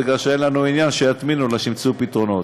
בגלל שאין לנו עניין שיטמינו אלא שימצאו פתרונות.